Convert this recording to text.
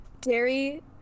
dairy